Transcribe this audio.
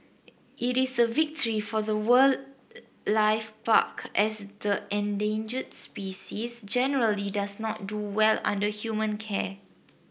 it is a victory for the wildlife park as the endangered species generally does not do well under human care